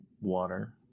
water